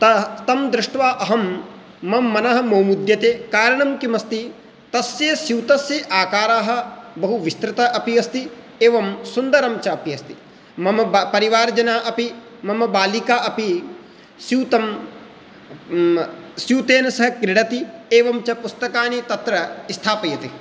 तः तं दृष्ट्वा अहं मम मनः मोमुद्यते कारणं किमस्ति तस्य स्यूतस्य आकारः बहुविस्तृतः अपि अस्ति एवं सुन्दरञ्च अपि अस्ति मम परिवारजनाः अपि मम बालिका अपि स्यूतं स्यूतेन सह क्रीड़ति एवञ्च पुस्तकानि तत्र स्थापयति